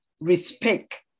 respect